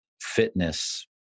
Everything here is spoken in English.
fitness